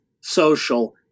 social